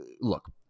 look